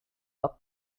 pas